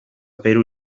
peru